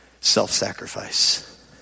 self-sacrifice